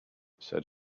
said